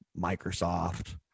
Microsoft